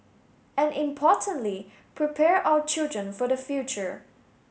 and importantly prepare our children for the future